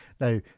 Now